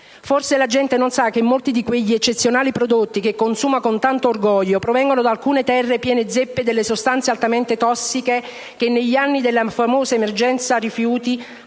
Forse la gente non sa che molti di quegli eccezionali prodotti che consuma con tanto orgoglio provengono da alcune terre piene zeppe delle sostanze altamente tossiche che negli anni della famosa emergenza rifiuti hanno